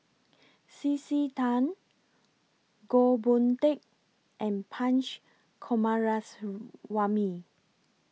C C Tan Goh Boon Teck and Punch Coomaraswamy